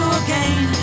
again